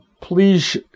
please